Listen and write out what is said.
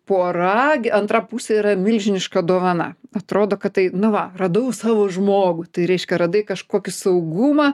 pora gi antra pusė yra milžiniška dovana atrodo kad tai nu va radau savo žmogų tai reiškia radai kažkokį saugumą